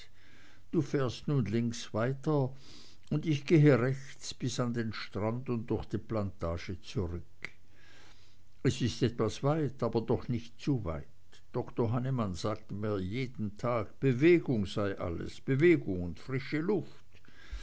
du fährst nun links weiter ich gehe rechts bis an den strand und durch die plantage zurück es ist etwas weit aber doch nicht zu weit doktor hannemann sagt mir jeden tag bewegung sei alles bewegung und frische luft